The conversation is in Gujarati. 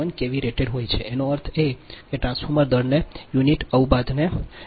8 121 કેવી રેટેડ હોય છે તેનો અર્થ એ કે આ ટ્રાન્સફોર્મર દરને આ યુનિટ અવબાધને 0